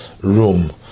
room